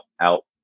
out